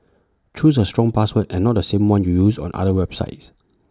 choose A strong password and not the same one you use on other websites